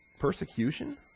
Persecution